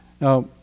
Now